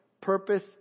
purpose